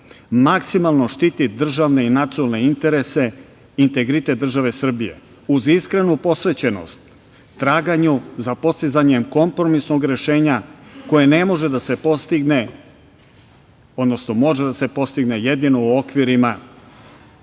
maksimalno štiti državne i nacionalne interese i integritet države Srbije uz iskrenu posvećenost traganju za postizanjem kompromisnog rešenja koje ne može da se postigne, odnosno